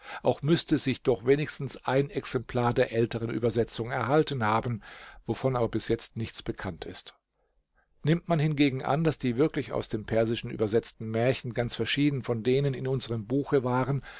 auch müßte sich doch wenigstens ein exemplar der älteren übersetzung erhalten haben wovon aber bis jetzt nichts bekannt ist nimmt man hingegen an daß die wirklich aus dem persischen übersetzten märchen ganz verschieden von denen in unserem buche waren